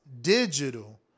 digital